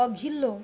अघिल्लो